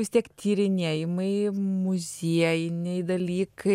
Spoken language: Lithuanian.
vis tiek tyrinėjimai muziejiniai dalykai